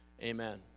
amen